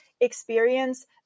experience